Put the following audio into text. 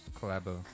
collabo